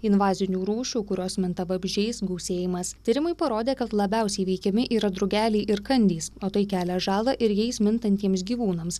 invazinių rūšių kurios minta vabzdžiais gausėjimas tyrimai parodė kad labiausiai veikiami yra drugeliai ir kandys o tai kelia žalą ir jais mintantiems gyvūnams